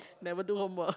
never do homework